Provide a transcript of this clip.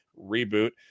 reboot